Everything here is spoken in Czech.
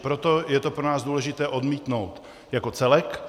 Proto je to pro nás důležité odmítnout jako celek.